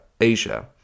Asia